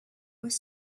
was